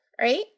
Right